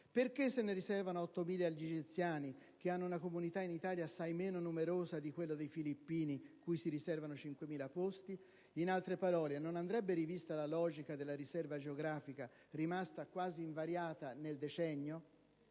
Perché se ne riservano 8.000 agli egiziani, che hanno una comunità in Italia assai meno numerosa di quella dei filippini, cui si riservano 5.000 posti? In altre parole, non andrebbe rivista la logica della riserva geografica, rimasta quasi invariata nel decennio?